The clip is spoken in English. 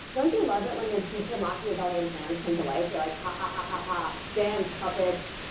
don't you love it when your teacher machiavellian plans come to life, you're like ha ha ha ha ha dance, puppets.